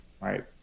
right